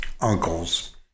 uncles